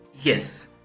Yes